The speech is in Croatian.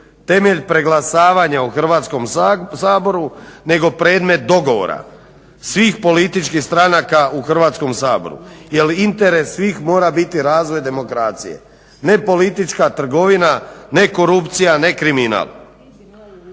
temelj preglasavanja u Hrvatskom saboru nego predmet dogovora svih političkih stranaka u Hrvatskom saboru jer interes svih mora biti razvoj demokracije, ne politička trgovina, ne korupcija, ne kriminal.